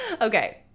Okay